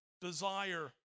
desire